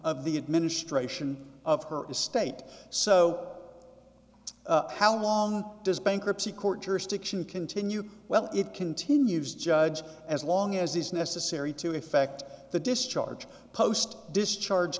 of the administration of her estate so how long does bankruptcy court jurisdiction continue well it continues judge as long as is necessary to effect the discharge post discharge